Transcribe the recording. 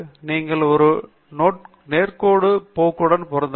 நீங்கள் ஒரு நேர்கோட்டு போக்குடன் பொருத்தலாம்